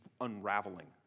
unraveling